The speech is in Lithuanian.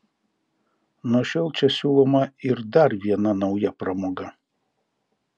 nuo šiol čia siūloma ir dar viena nauja pramoga